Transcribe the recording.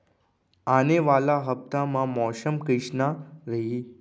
आने वाला हफ्ता मा मौसम कइसना रही?